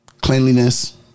cleanliness